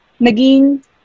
naging